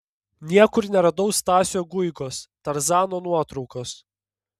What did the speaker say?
niekur neradau stasio guigos tarzano nuotraukos